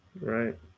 Right